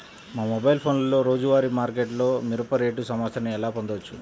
మా మొబైల్ ఫోన్లలో రోజువారీ మార్కెట్లో మిరప రేటు సమాచారాన్ని ఎలా పొందవచ్చు?